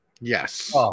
Yes